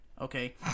okay